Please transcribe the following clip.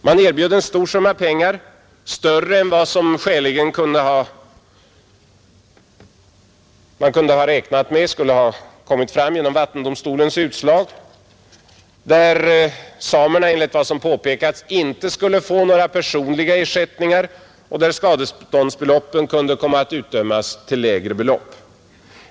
Man erbjöd en stor summa pengar, större än vad som man skäligen kunde ha räknat med skulle ha kommit fram genom vattendomstolens utslag, där samerna enligt vad som har påpekats inte skulle få några personliga ersättningar och där skadeståndsbeloppen kunde komma att utdömas till lägre belopp.